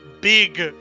big